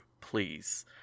please